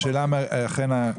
למה לא שולם עד עכשיו?